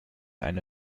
eine